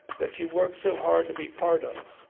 that you work so hard to be part of.